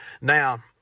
Now